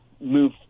move